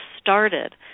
started